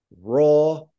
raw